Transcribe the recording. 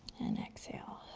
and exhale.